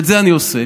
ואת זה אני עושה,